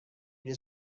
میگه